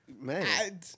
man